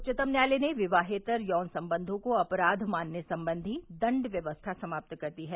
उच्चतम न्यायालय ने विवाहेतर यौन संबंधों को अपराध मानने संबंधी दंडव्यवस्था समाप्त कर दी है